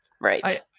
Right